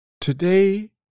today